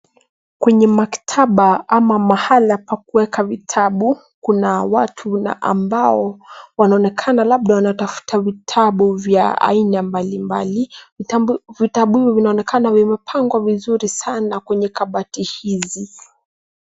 Kwenye maktaba ama mahala pa kueka vitabu, kuna watu na ambao wanaonekana labda wanatafuta vitabu vya aina mbali mbali. Vitabu vinaonekana vimepangwa vizuri sana kwenye kabati hizi.